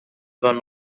one